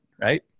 right